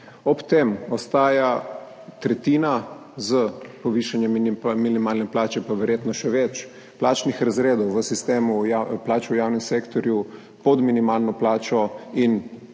Ob tem ostaja tretjina, s povišanjem minimalne plače pa verjetno še več, plačnih razredov v sistemu plač v javnem sektorju pod minimalno plačo in